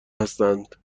هستند